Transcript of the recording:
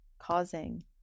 causing